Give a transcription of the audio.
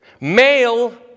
male